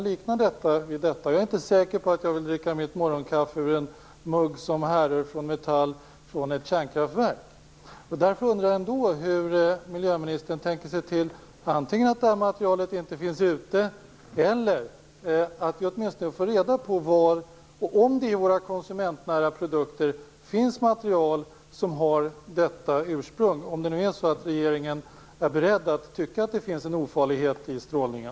Jag är inte säker på om jag vill dricka mitt morgonkaffe ur en mugg som härrör från metall som kommer från ett kärnkraftverk. Därför undrar jag hur miljöministern tänker se till att detta material inte kommer ut eller att vi får reda på om det finns material som har detta ursprung i några konsumentnära produkter, om nu regeringen är beredd att tycka att det finns en ofarlighet i strålningen.